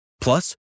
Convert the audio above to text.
Plus